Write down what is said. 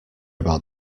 about